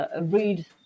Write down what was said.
read